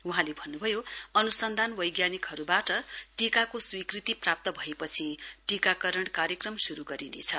वहाँले भन्नुभयो अनुसन्धान वैज्ञानिकहरूबाट टीकाको स्वीकृति प्राप्त भएपछि टीकाकरण कार्यक्रम शुरू गरिनेछ